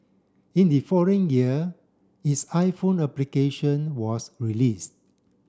in the following year its iPhone application was released